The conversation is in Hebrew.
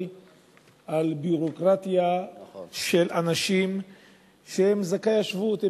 על ביורוקרטיה של אנשים שהם זכאי שבות.